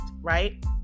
Right